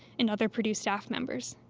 and other purdue staff members.